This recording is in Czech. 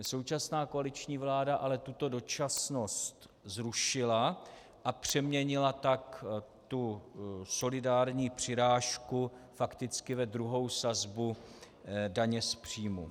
Současná koaliční vláda ale tuto dočasnost zrušila, a přeměnila tak solidární přirážku fakticky ve druhou sazbu daně z příjmů.